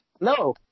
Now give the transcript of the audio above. No